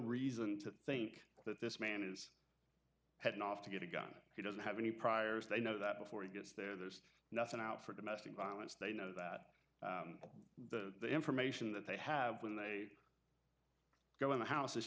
reason to think that this man is heading off to get a gun he doesn't have any priors they know that before he gets there there's nothing out for domestic violence they know that the information that they have when they go in the house it's